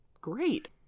great